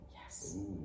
Yes